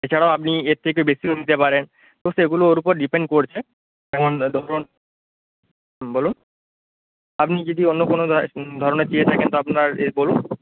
এছাড়াও আপনি এর থেকে বেশিও নিতে পারেন অবশ্য এগুলো ওর উপর ডিপেণ্ড করছে যেমন ধরুন হুম বলুন আপনি যদি অন্য কোনও ধরনের চেয়ে থাকেন তো আপনার এ বলুন